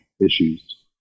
issues